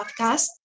podcast